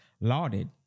lauded